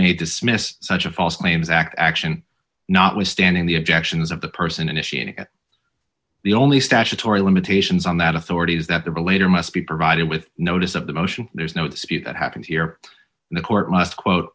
may dismiss such a false claims act action notwithstanding the objections of the person initiating it the only statutory limitations on that authorities that the relator must be provided with notice of the motion there's no dispute that happens here the court must quote